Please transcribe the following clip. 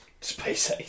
Space